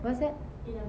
what's that